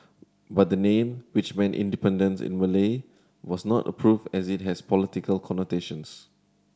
but the name which meant independence in Malay was not approved as it has political connotations